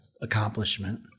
accomplishment